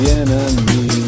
enemy